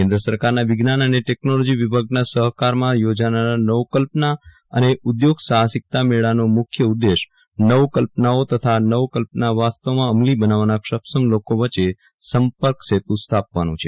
કેન્દ્ર સરકારના વિજ્ઞાન અને ટેકનોલોજી વિભાગના સહકારમાં યોજાનાર નવકલ્પના અને ઉઘોગ સાહસિકતા મેળાનો મુખ્ય ઉદ્દેશ નવકલ્પનાઓ તથા આ નવકલ્પના વાસ્તવમાં અમલી બનાવવા સક્ષમ લોકો વચ્ચે સંપર્કસેત્ર સ્થાપવાનું છે